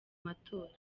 matora